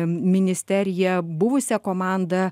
ministerija buvusia komanda